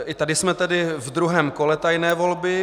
I tady jsme tedy ve druhém kole tajné volby.